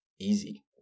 easy